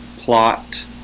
plot